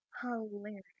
hilarious